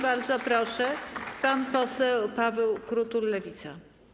Bardzo proszę, pan poseł Paweł Krutul, Lewica.